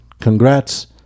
congrats